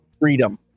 freedom